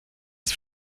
ist